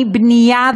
מבנייה,